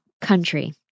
country